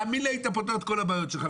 האמן לי, היית פותר את כל הבעיות שלך.